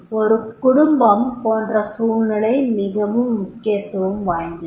ஒரு குடும்பம் போன்ற சூழ்நிலை மிக முக்கியத்துவம் வாய்ந்தது